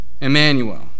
Emmanuel